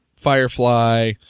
Firefly